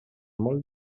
molt